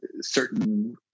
certain